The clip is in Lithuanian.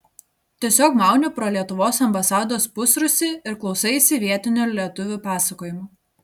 tiesiog mauni pro lietuvos ambasados pusrūsį ir klausaisi vietinių lietuvių pasakojimų